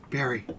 Barry